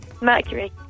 Mercury